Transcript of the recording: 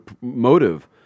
motive